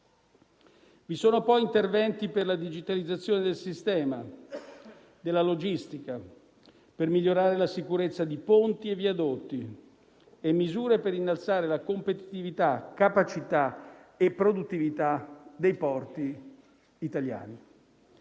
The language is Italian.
Vi sono poi interventi per la digitalizzazione del sistema della logistica, per migliorare la sicurezza di ponti e viadotti e misure per innalzare competitività, capacità e produttività dei porti italiani.